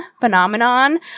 phenomenon